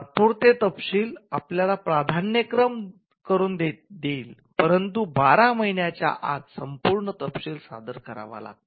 तात्पुरते तपशील आपल्याला प्राधान्य प्राप्त करून देईल परंतु १२ महिन्याच्या आत संपूर्ण तपशील सादर करावा लागतो